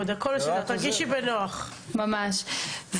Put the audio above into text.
נפשיות.